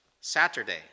Saturday